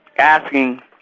asking